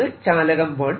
ഒന്ന് ചാലകം 1